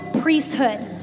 priesthood